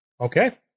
Okay